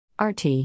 RT